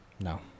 No